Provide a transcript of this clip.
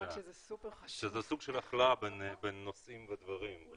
סוג של הכלאה בין נושאים ודברים.